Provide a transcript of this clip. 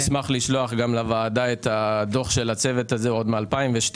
אני אשמח לשלוח לוועדה את הדוח של הצוות הזה מ-2012.